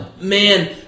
man